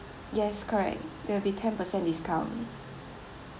yes correct there will be ten percent discount